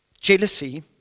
jealousy